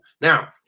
Now